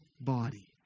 body